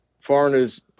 foreigners